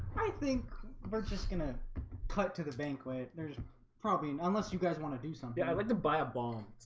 i think i'm just gonna cut to the banquet. there's probably and unless you guys want to do something. i went to buy a bomb